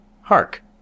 Hark